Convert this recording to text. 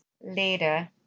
later